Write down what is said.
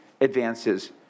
advances